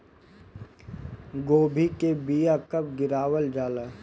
गोभी के बीया कब गिरावल जाला?